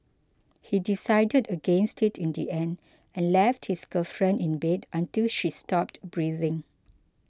he decided against it in the end and left his girlfriend in bed until she stopped breathing